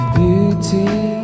beauty